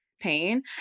pain